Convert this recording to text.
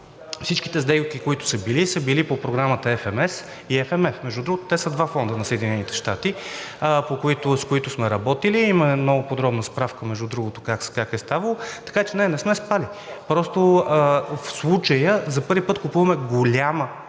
Всичките сделки, които са били, са били по програмата FMS и FMF. Между другото, те са два фонда на Съединените щати, с които сме работили, и има много подробна справка, между другото, как е ставало. Така че – не, не сме спали! Просто в случая за първи път купуваме голяма